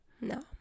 No